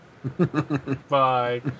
bye